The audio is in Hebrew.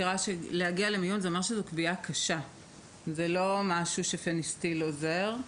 להגיע למיון אומר שזוהי כוויה קשה; זהו לא משהו שפניסטיל עוזר בו.